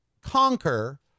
conquer